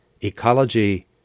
ecology